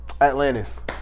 Atlantis